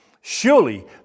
Surely